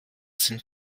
sind